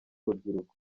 urubyiruko